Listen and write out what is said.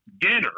dinner